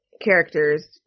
Characters